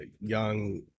young